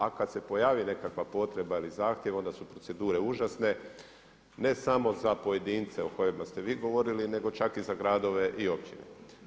A kad se pojavi nekakva potreba ili zahtjev onda su procedure užasne ne samo za pojedince o kojima ste vi govorili nego čak i za gradove i općine.